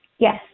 Yes